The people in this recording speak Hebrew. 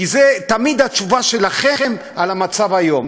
זאת תמיד התשובה שלכם על המצב היום.